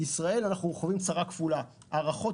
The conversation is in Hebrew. בישראל אנחנו חווים צרה כפולה: הערכות